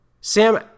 Sam